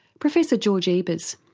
professor george ebers.